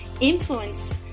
influence